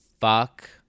fuck